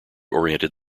oriented